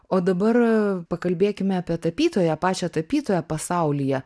o dabar pakalbėkime apie tapytoją pačią tapytoją pasaulyje